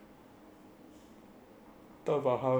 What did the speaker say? talk about how shanmugam loses it all